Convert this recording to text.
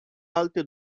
alte